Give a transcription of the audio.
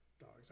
dogs